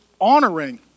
honoring